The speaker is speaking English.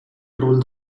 rule